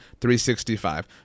365